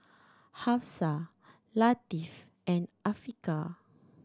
Hafsa Latif and Afiqah